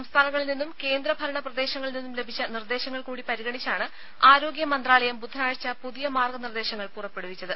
സംസ്ഥാനങ്ങളിൽ നിന്നും കേന്ദ്ര ഭരണ പ്രദേശങ്ങളിൽ നിന്നും ലഭിച്ച നിർദ്ദേശങ്ങൾ കൂടി പരിഗണിച്ചാണ് ആരോഗ്യ മന്ത്രാലയം ബുധനാഴ്ച പുതിയ മാർഗ്ഗ നിർദ്ദേശങ്ങൾ പുറപ്പെടുവിച്ചത്